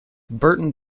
burton